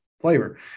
flavor